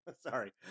sorry